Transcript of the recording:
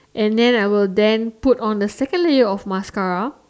and then I will then put on the second layer of mascara